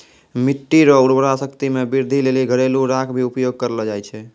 मिट्टी रो उर्वरा शक्ति मे वृद्धि लेली घरेलू राख भी उपयोग करलो जाय छै